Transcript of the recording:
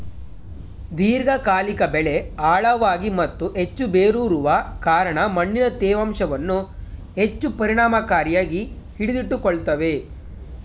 ದೀರ್ಘಕಾಲಿಕ ಬೆಳೆ ಆಳವಾಗಿ ಮತ್ತು ಹೆಚ್ಚು ಬೇರೂರುವ ಕಾರಣ ಮಣ್ಣಿನ ತೇವಾಂಶವನ್ನು ಹೆಚ್ಚು ಪರಿಣಾಮಕಾರಿಯಾಗಿ ಹಿಡಿದಿಟ್ಟುಕೊಳ್ತವೆ